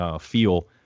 feel